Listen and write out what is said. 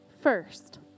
first